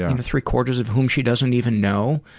ah and three-quarters of whom she doesn't even know.